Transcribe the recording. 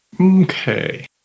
Okay